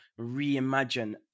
reimagine